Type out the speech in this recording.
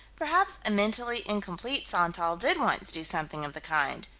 perhaps a mentally incomplete santal did once do something of the kind.